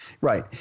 right